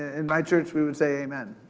in my church, we would say, amen.